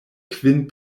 kvin